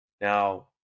now